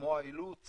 כמו האילוץ